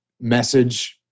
message